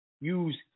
Use